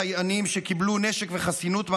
סייענים שקיבלו נשק וחסינות מהמדינה.